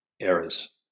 errors